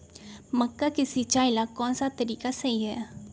मक्का के सिचाई ला कौन सा तरीका सही है?